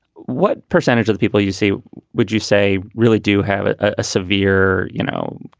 what percentage of the people you see would you say really do have a severe, you know,